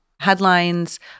Headlines